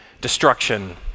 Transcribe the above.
destruction